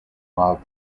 love